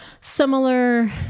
similar